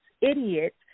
idiots